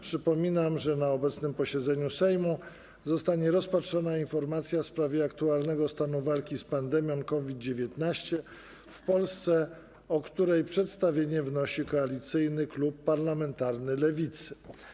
Przypominam, że na obecnym posiedzeniu Sejmu zostanie rozpatrzona informacja w sprawie aktualnego stanu walki z pandemią COVID-19 w Polsce, o której przedstawienie wnosi Koalicyjny Klub Parlamentarny Lewicy.